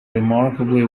remarkably